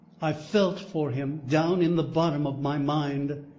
i felt for him down in the bottom of my mind.